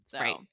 Right